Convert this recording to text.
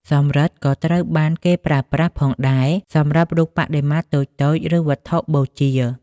សំរឹទ្ធិក៏ត្រូវបានគេប្រើប្រាស់ផងដែរ សម្រាប់រូបបដិមាតូចៗ ឬវត្ថុបូជា។